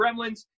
Gremlins